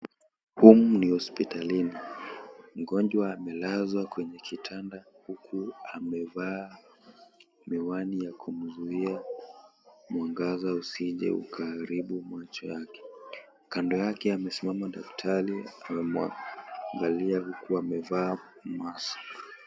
Humu ni hospitalini, mgonjwa amelazwa kwenye kitanda, huku amevaa miwani ya kumzuia mwangaza usije ukaharibu macho yake. Kando yake amesimama daktari anamwangalia huku amevaa maski.